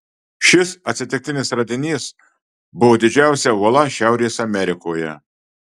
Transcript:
šis atsitiktinis radinys buvo didžiausia uola šiaurės amerikoje